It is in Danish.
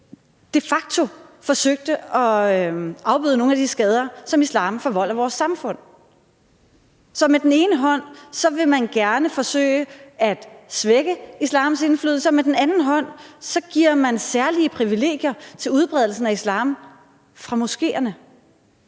de facto forsøgte at afbøde nogle af de skader, som islam forvolder vores samfund. Så med den ene hånd vil man gerne forsøge at svække islams indflydelse, og med den anden hånd giver man særlige privilegier til udbredelsen af islam fra moskeerne.